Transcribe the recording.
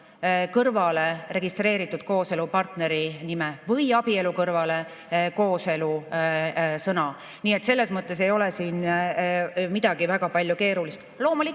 kõrvale "registreeritud kooselupartneri" või "abielu" kõrvale "kooselu" sõna. Nii et selles mõttes ei ole siin midagi väga palju keerulist.